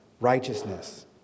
righteousness